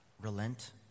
relent